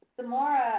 Samora